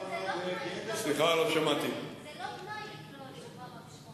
אבל זאת לא מילת גנאי לקרוא לאובמה בשמו